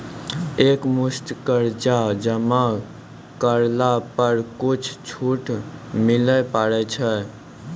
एक मुस्त कर्जा जमा करला पर कुछ छुट मिले पारे छै?